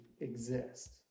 Exist